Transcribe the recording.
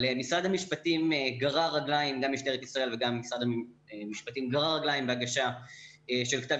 אבל משטרת ישראל וגם משרד המשפטים גררו רגליים בהגשה של כתב